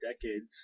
decades